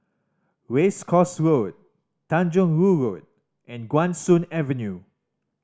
Race Course Road Tanjong Rhu Road and Guan Soon Avenue